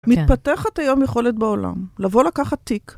מתפתחת היום יכולת בעולם, לבוא לקחת תיק.